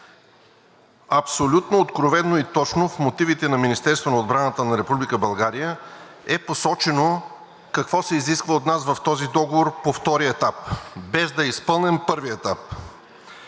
Абсолютно откровено и точно в мотивите на Министерството на отбраната на Република България е посочено какво се изисква от нас в този договор по втория етап, без да е изпълнен първият етап.